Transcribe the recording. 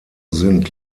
sind